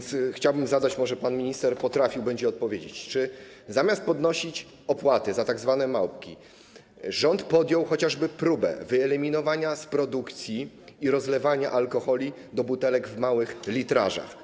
Chciałbym zapytać, może pan minister będzie potrafił odpowiedzieć, czy rząd, zamiast podnosić opłaty za tzw. małpki, podjął chociażby próbę wyeliminowania z produkcji i rozlewania alkoholi do butelek w małych litrażach.